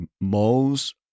moles